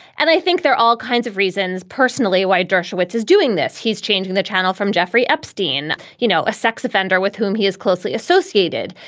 and i think they're all kinds of reasons personally why dershowitz is doing this. he's changing the channel from jeffrey epstein. you know, a sex offender with whom he is closely associated,